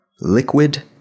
liquid